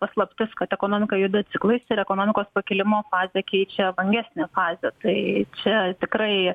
paslaptis kad ekonomika juda ciklais ir ekonomikos pakilimo fazę keičia vangesnė fazė tai čia tikrai